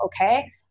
okay